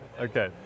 okay